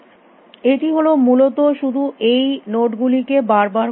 এটি হল মূলত শুধু এই নোড গুলিকে বারবার করে দেখা